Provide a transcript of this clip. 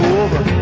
over